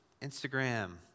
Instagram